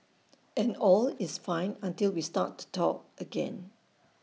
and all is fine until we start to talk again